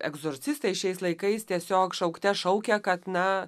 egzorcistai šiais laikais tiesiog šaukte šaukia kad na